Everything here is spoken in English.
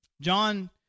John